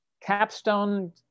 Capstone